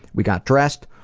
we got dressed,